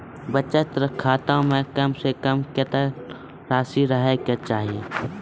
बचत खाता म कम से कम कत्तेक रासि रहे के चाहि?